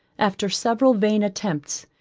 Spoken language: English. after several vain attempts,